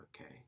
okay